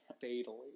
fatally